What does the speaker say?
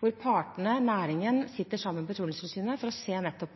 hvor partene og næringen sitter sammen med Petroleumstilsynet for å se nettopp